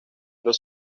los